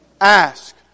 Ask